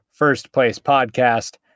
firstplacepodcast